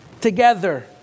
Together